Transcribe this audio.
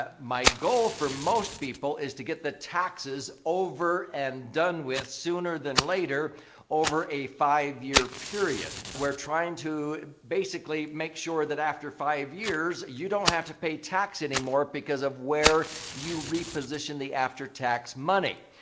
ah my goal for most people is to get the taxes over and done with sooner than later over a five year period. we're trying to basically make sure that after five years, you don't have to pay tax anymore because of where you reposition the after-tax money.